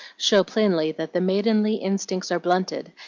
show plainly that the maidenly instincts are blunted,